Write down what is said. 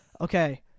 Okay